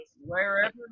Wherever